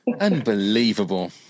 unbelievable